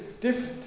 different